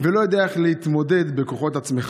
ולא יודע איך להתמודד בכוחות עצמך.